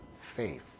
faith